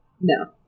no